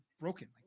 broken